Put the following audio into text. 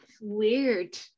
Weird